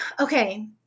Okay